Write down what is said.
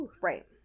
Right